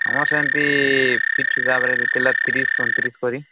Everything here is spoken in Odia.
ଆମର ସେମିତି ହିସାବରେ ଜିତିଲା ତିରିଶ ଅଣତିରିଶ କରି